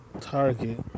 target